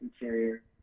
interior